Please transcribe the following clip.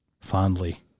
Fondly